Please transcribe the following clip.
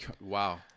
Wow